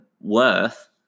worth